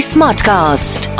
Smartcast